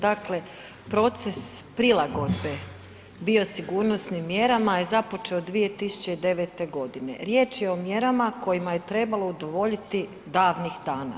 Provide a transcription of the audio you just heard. Dakle proces prilagodbe biosigurnosnim mjerama je započeo 2009. g. Riječ je o mjerama kojima je trebalo udovoljiti davnih dana.